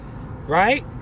Right